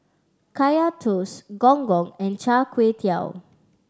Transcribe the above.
Kaya Toast Gong Gong and Char Kway Teow